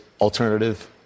alternative